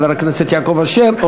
חבר הכנסת יעקב אשר,